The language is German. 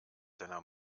deiner